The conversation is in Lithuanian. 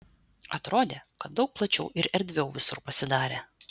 atrodė kad daug plačiau ir erdviau visur pasidarė